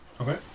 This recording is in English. Okay